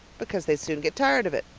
because they'd soon get tired of it.